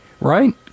right